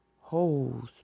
holes